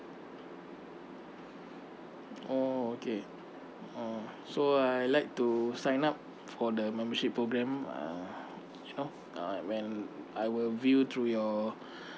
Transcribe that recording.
oh okay oh so I like to sign up for the membership program uh you know uh when I will view through your